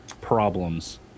problems